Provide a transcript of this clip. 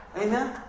Amen